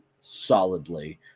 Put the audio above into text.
solidly